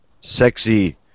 sexy